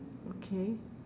okay